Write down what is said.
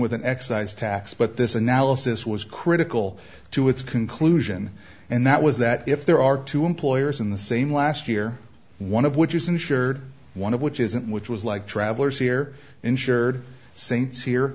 with an excise tax but this analysis was critical to its conclusion and that was that if there are two employers in the same last year one of which is insured one of which isn't which was like travelers here insured saints here